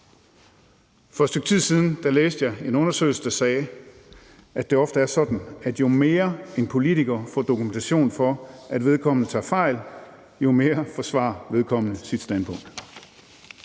For et stykke tid siden læste jeg en undersøgelse, der sagde, at det ofte er sådan, at jo mere en politiker får dokumentation for, at vedkommende tager fejl, jo mere forsvarer vedkommende sit standpunkt.